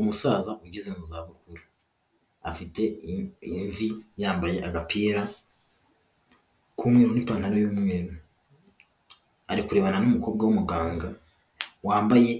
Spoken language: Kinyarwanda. Umusaza ugeze mu za bukuru afite imvi yambaye agapira k'umweru n'ipantaro y'umweru, ari kurebana n'umukobwa w'umuganga wambaye,